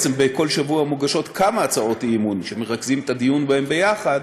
בעצם בכל שבוע מוגשות כמה הצעות אי-אמון שמרכזים את הדיון בהן ביחד,